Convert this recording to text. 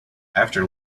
after